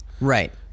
right